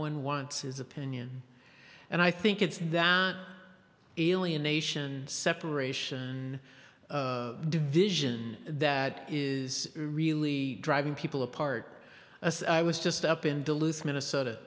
one wants his opinion and i think it's not alienation separation division that is really driving people apart i was just up in duluth minnesota